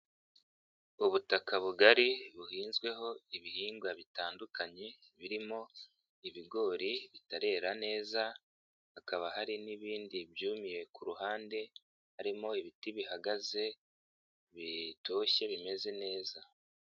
Ubutaka bugari buhinzweho ibihingwa bitandukanye birimo ibigori bitarera neza, hakaba hari n'ibindi byumiye ku ruhande, harimo ibiti bihagaze bitoshye bimeze neza.